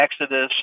Exodus